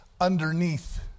underneath